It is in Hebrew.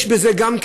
יש בזה גם,